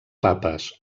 papes